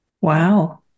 Wow